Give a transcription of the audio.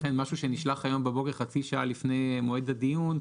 לכן משהו שנשלח היום בבוקר חצי שעה לפני מועד הדיון,